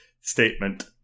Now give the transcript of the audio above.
statement